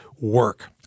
work